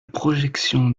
projection